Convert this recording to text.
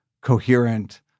coherent